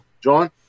John